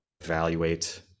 evaluate